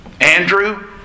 Andrew